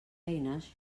eines